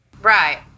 Right